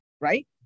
right